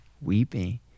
weeping